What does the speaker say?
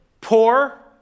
poor